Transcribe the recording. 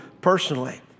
personally